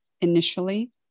initially